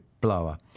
blower